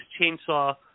Chainsaw